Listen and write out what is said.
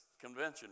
Convention